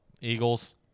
Eagles